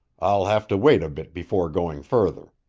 i'll have to wait a bit before going further.